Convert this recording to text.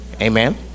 amen